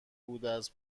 بوداز